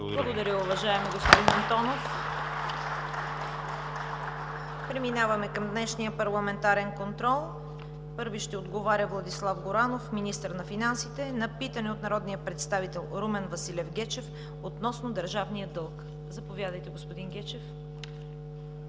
Благодаря, уважаеми господин Антонов. Преминаваме към: ПАРЛАМЕНТАРЕН КОНТРОЛ Първи ще отговаря Владислав Горанов – министър на финансите, на питане от народния представител Румен Василев Гечев относно държавния дълг. Заповядайте, господин Гечев.